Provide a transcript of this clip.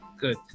Good